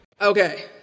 Okay